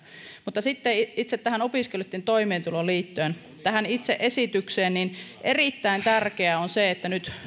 mutta sitten itse tähän opiskelijoitten toimeentuloon liittyen tähän itse esitykseen liittyen erittäin tärkeää on se että nyt